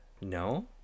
No